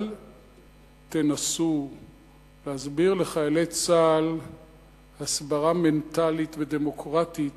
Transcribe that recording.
אל תנסו להסביר לחיילי צה"ל הסברה מנטלית ודמוקרטית